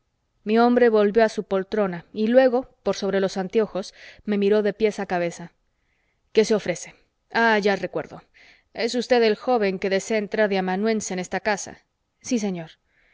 mi hombre volvió a su poltrona y luego por sobre los anteojos me miró de pies a cabeza qué se ofrece ah ya recuerdo es usted el joven que desea entrar de amanuense en esta casa sí señor